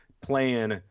playing